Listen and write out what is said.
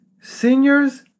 Seniors